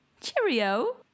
Cheerio